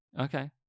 Okay